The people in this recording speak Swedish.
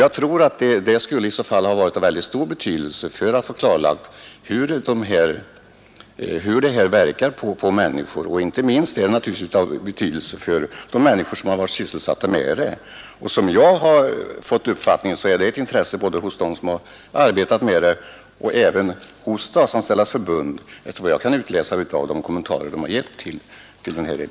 Jag tror att det skulle ha varit av väldigt stor betydelse för att få klarlagt hur det här verkar på människor, och inte minst är det naturligtvis av betydelse för de människor som varit sysselsatta med besprutningen. Jag har också fått den uppfattningen att det är ett intresse för dem som har arbetat med det och så även för Statsanställdas förbund. Det senare kan utläsas av de kommentarer man har gjort till erbjudandet.